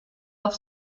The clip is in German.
auf